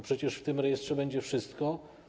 Przecież w tym rejestrze będzie wszystko.